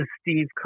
Steve